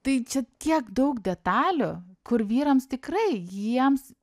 tai čia tiek daug detalių kur vyrams tikrai jiems